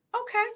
Okay